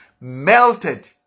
melted